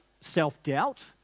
self-doubt